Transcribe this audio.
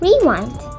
rewind